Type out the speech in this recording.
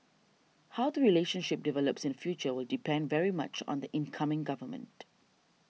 how the relationship develops in future will depend very much on the incoming government